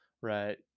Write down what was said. right